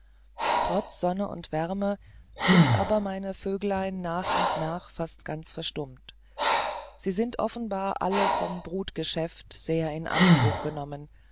trotz sonne und wärme sind aber meine vöglein nach und nach fast ganz verstummt sie sind offenbar alle vom brutgeschäft sehr in anspruch genommen